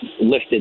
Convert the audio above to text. lifted